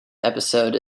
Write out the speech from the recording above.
episode